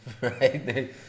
right